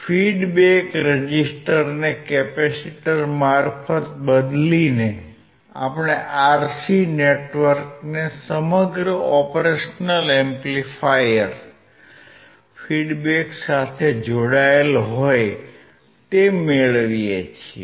feedback રેઝીસ્ટરને capacitor મારફત બદલીને આપણે RC નેટવર્કને સમગ્ર ઓપરેશનલ એમ્પ્લીફાયર ફીડબેક સાથે જોડાયેલ હોય તેમ મેળવીએ છીએ